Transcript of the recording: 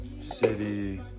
city